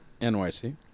NYC